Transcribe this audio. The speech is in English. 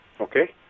Okay